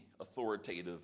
authoritative